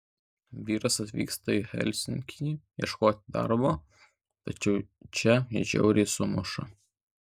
vyras atvyksta į helsinkį ieškoti darbo tačiau čia jį žiauriai sumuša